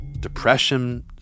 depression